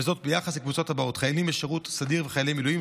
וזאת ביחס לקבוצות הבאות: חיילים בשירות סדיר וחיילי מילואים,